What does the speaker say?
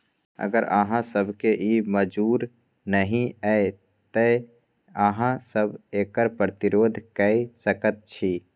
अगर अहाँ सभकेँ ई मजूर नहि यै तँ अहाँ सभ एकर प्रतिरोध कए सकैत छी